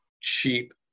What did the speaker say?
cheap